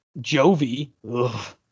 Jovi